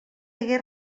hagué